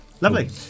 Lovely